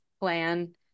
plan